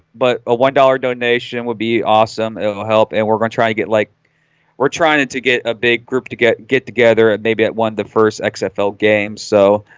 but a one dollar donation would be awesome it'll help and we're gonna try and get like we're trying to to get a big group to get get together and maybe i won the first xfl games, so